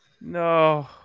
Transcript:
No